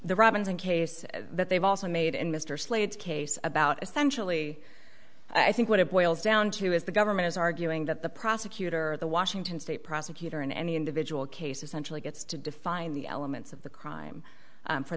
the robinson case that they've also made in mr slade's case about essentially i think what it boils down to is the government is arguing that the prosecutor or the washington state prosecutor in any individual case essential gets to define the elements of the crime